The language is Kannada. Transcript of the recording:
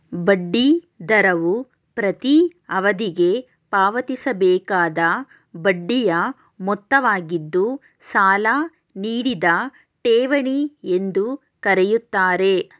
ಬಡ್ಡಿ ದರವು ಪ್ರತೀ ಅವಧಿಗೆ ಪಾವತಿಸಬೇಕಾದ ಬಡ್ಡಿಯ ಮೊತ್ತವಾಗಿದ್ದು ಸಾಲ ನೀಡಿದ ಠೇವಣಿ ಎಂದು ಕರೆಯುತ್ತಾರೆ